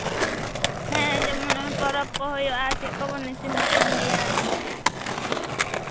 ᱡᱮᱢᱚᱱ ᱯᱚᱨᱚᱵᱽ ᱠᱚ ᱦᱩᱭᱩᱜᱼᱟ ᱪᱮᱫ ᱠᱚᱵᱚᱱ ᱤᱥᱤᱱ ᱵᱟᱥᱟᱝ ᱜᱮᱭᱟ ᱪᱮᱫ ᱠᱚᱯᱮ